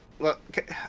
look